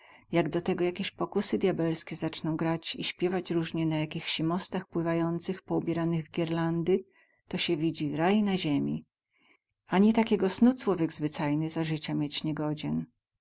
jak do tego jakieś pokusy djabelskie zacną grać i śpiewać róźnie na jakichsi mostach pływających poubieranych w gierlandy to sie widzi raj na ziemi ani takiego snu cłowiek zwycajny za zycia mieć nie godzien